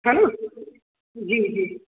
हा जी जी